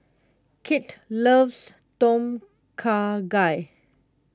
Kit loves Tom Kha Gai